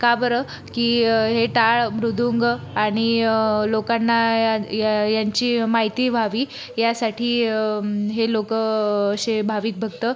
का बरं की हे टाळ मृदुंग आणि लोकांना या यांची माहिती व्हावी यासाठी हे लोकं असे भाविक भक्त